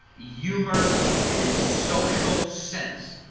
yeah humour and social sense,